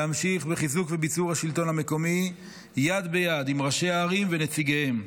להמשיך בחיזוק וביצור השלטון המקומי יד ביד עם ראשי הערים ונציגיהם,